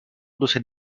docent